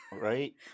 Right